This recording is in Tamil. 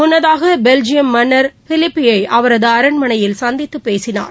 முன்னதாகபெல்ஜியம் மன்னர் பிலிப்பி ஐஅவரதுஅரண்மனையில் சந்தித்துபேசினார்